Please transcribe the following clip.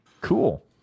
Cool